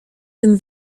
tym